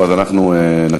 טוב, אז אנחנו נצביע.